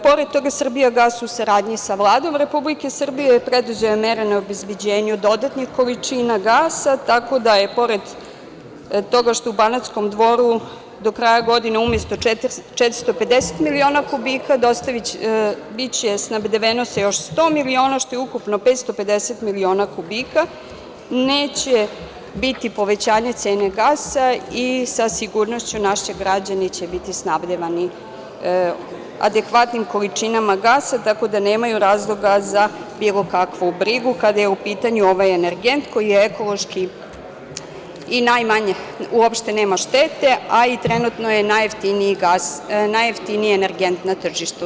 Pored toga, „Srbijagas“ u saradnji sa Vladom Republike Srbije preduzeo je mere na obezbeđenju dodatnih količina gasa, tako da je pored toga što je u Banatskom Dvoru do kraja godine umesto 450 miliona kubika, biće snabdeveno sa još 100 miliona, što je ukupno 550 miliona kubika, neće biti povećanja cene gasa i sa sigurnošću naši građani će biti snabdevani adekvatnim količinama gasa, tako da nemaju razloga za bilo kakvu brigu kada je u pitanju ovaj energent koji je ekološki i najmanje, uopšte nema štete, a i trenutno je najjeftiniji energent na tržištu.